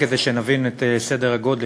רק כדי שנבין את סדר הגודל,